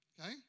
Okay